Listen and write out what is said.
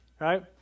right